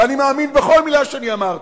ואני מאמין בכל מלה שאני אמרתי,